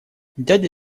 дядя